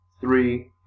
three